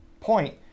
point